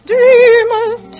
Dreamers